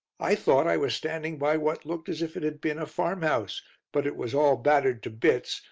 i thought i was standing by what looked as if it had been a farmhouse but it was all battered to bits,